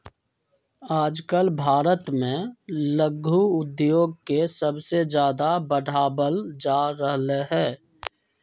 आजकल भारत में लघु उद्योग के सबसे ज्यादा बढ़ावल जा रहले है